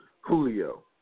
Julio